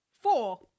four